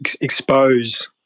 expose